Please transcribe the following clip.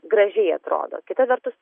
gražiai atrodo kita vertus